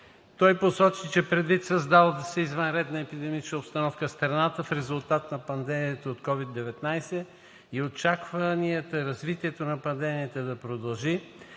Той посочи, че, предвид създалата се извънредна епидемична обстановка в страната в резултат на пандемията от COVID-19 и очакванията развитието на пандемията да продължи,